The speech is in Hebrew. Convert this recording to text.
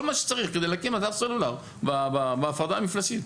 כל מה שצריך כדי להקים אתר סלולר בהפרדה המפלסית.